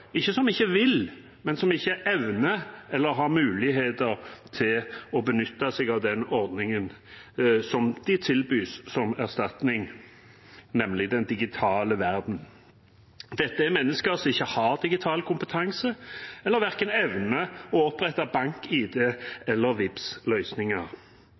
ikke som ikke vil, men som ikke evner eller har mulighet til å benytte seg av den ordningen som de tilbys som erstatning, nemlig den digitale verden. Dette er mennesker som ikke har digital kompetanse, og som ikke evner å opprette